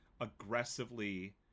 aggressively